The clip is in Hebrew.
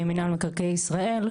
מינהל מקרקעי ישראל.